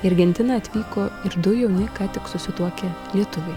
į argentiną atvyko ir du jauni ką tik susituokę lietuviai